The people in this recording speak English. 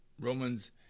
Romans